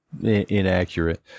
inaccurate